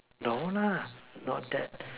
no lah not that